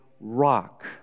rock